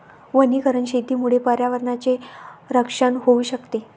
वनीकरण शेतीमुळे पर्यावरणाचे रक्षण होऊ शकते